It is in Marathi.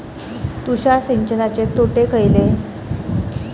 तुषार सिंचनाचे तोटे खयले?